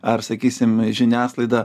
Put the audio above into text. ar sakysim žiniasklaida